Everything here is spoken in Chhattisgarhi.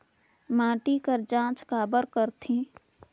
माटी कर जांच काबर करथे?